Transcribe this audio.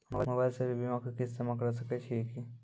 Mobile से भी बीमा के किस्त जमा करै सकैय छियै कि?